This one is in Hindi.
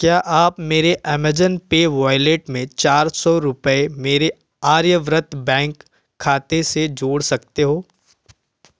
क्या आप मेरे अमेज़न पे वॉलेट में चार सौ रुपये मेरे आर्यव्रत बैंक खाते से जोड़ सकते हो